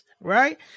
Right